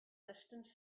distance